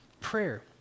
Prayer